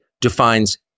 defines